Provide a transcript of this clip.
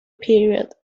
period